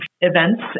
events